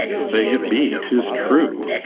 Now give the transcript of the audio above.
say it be, tis true.